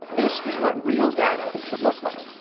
this is what real data should look like.